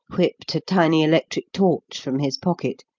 whipped a tiny electric torch from his pocket,